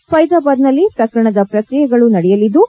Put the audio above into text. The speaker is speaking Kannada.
ಫೈಜಾಬಾದ್ನಲ್ಲಿ ಪ್ರಕರಣದ ಪ್ರಕ್ರಿಯೆಗಳು ನಡೆಯಲಿದ್ದು